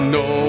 no